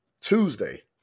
Tuesday